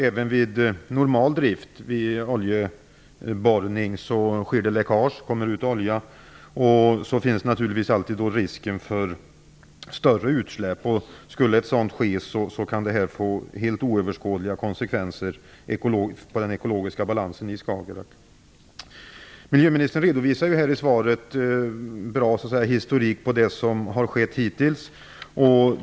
Även vid normal drift sker det läckage vid oljeborrning. Det kommer ut olja. Risken för större utsläpp finns naturligtvis alltid. Skulle ett sådant ske kan det få helt oöverskådliga konsekvenser för den ekologiska balansen i Skagerrak. Miljöministern redovisar i svaret på ett bra sätt vad som har skett hittills.